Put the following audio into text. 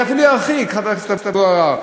אפילו ארחיק, חבר הכנסת אבו עראר.